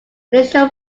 initial